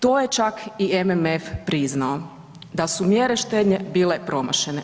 To je čak i MMF priznao da su mjere štednje bile promašene.